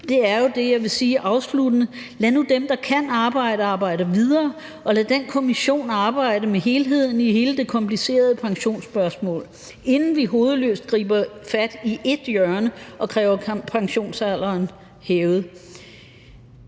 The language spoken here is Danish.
er jo det, som jeg vil sige afsluttende: Lad nu dem, der kan arbejde, arbejde videre, og lad den kommission arbejde med helheden i hele det komplicerede pensionsspørgsmål, inden vi hovedløst griber fat i ét hjørne og kræver pensionsalderen hævet.